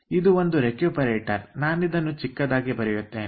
ಇದು ಒಂದು ರೆಕ್ಯೂಪರೇಟರ್ ನಾನಿದನ್ನು ಚಿಕ್ಕದಾಗಿ ಬರೆಯುತ್ತೇನೆ